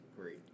Great